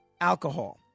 alcohol